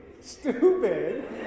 stupid